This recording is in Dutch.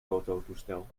fototoestel